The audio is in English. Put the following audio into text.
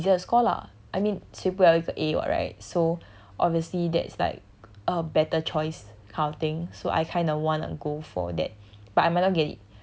they say might be easy to score lah I mean 起不 liao 一个 A [what] right so obviously that's like a better choice kind of thing so I kinda wanna go for that